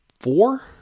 four